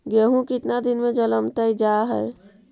गेहूं केतना दिन में जलमतइ जा है?